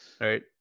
Right